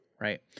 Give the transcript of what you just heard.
right